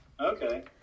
Okay